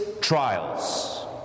trials